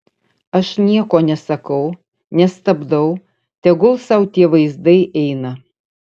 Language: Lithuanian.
aš nieko nesakau nestabdau tegul sau tie vaizdai eina